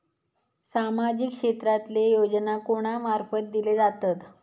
सामाजिक क्षेत्रांतले योजना कोणा मार्फत दिले जातत?